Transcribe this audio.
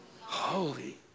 holy